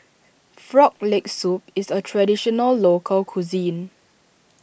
Frog Leg Soup is a Traditional Local Cuisine